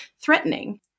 threatening